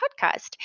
podcast